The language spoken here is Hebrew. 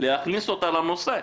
להכניס אותה לנושא.